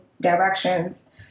directions